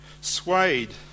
swayed